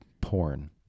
porn